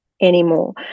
anymore